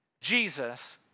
Jesus